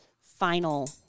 final